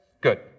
Good